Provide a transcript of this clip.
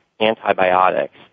antibiotics